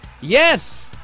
Yes